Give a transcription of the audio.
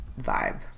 vibe